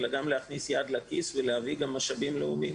אלא גם להכניס יד לכיס ולהביא משאבים לאומיים.